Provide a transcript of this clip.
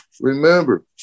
Remember